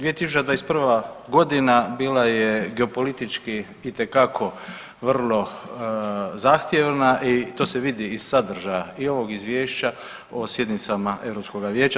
2021. godina bila je geopolitički itekako vrlo zahtjevna i to se vidi iz sadržaja i ovog izvješća o sjednicama Europskoga vijeća.